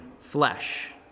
flesh